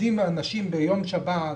אנשים עובדים ביום שבת,